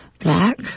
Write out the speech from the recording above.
black